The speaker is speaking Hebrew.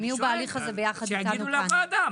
הם יהיו בהליך הזה ביחד איתנו כאן.